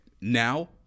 Now